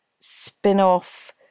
spin-off